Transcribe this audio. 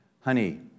honey